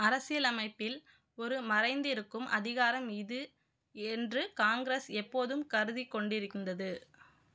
அரசியலமைப்பில் ஒரு மறைந்திருக்கும் அதிகாரம் இது என்று காங்கிரஸ் எப்போதும் கருதிக்கொண்டிருக்கின்றது